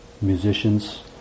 musicians